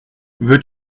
veux